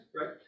right